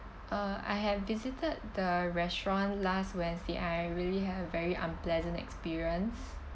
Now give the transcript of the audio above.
uh I have visited the restaurant last wednesday and I really had a very unpleasant experience